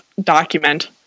document